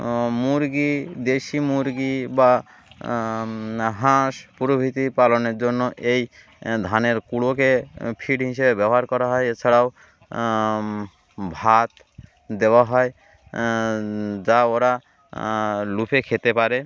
মুরগি দেশি মুরগি বা হাঁস প্রভৃতি পালনের জন্য এই ধানের কুঁড়োকে ফিড হিসেবে ব্যবহার করা হয় এছাড়াও ভাত দেওয়া হয় যা ওরা লুপে খেতে পারে